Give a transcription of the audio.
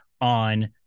on